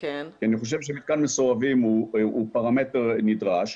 כי אני חושב שמתקן מסורבים הוא פרמטר נדרש.